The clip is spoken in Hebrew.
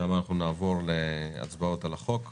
שם נערוך הצבעות על הצעת החוק.